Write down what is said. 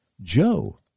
Joe